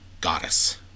goddess